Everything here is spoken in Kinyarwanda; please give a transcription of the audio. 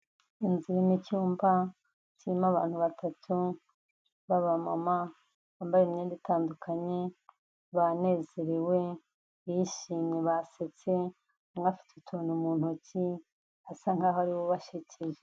Inzu irimo icyumba, kirimo abantu batatu b'abamama, bambaye imyenda itandukanye, banezerewe, bishimye basetse, umwe afite utuntu mu ntoki, asa nk'aho ari we ubasekeje.